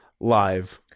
live